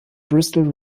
bristol